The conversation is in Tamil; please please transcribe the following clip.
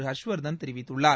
ஹர்ஷ்வர்தன் தெரிவித்துள்ளார்